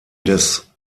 des